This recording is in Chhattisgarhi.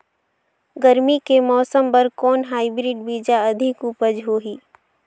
गरमी के मौसम बर कौन हाईब्रिड बीजा अधिक उपज होही?